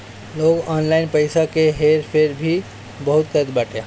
लोग ऑनलाइन पईसा के हेर फेर भी बहुत करत बाटे